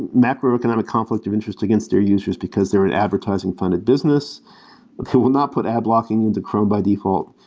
macroeconomic conflict of interest against their users, because they're an advertising funded business who will not put ad blocking into chrome by default,